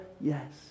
Yes